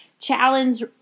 Challenge